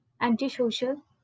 antisocial